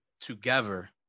Together